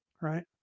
Right